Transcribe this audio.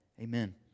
Amen